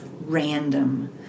random